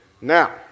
Now